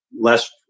less